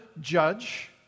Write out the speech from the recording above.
judge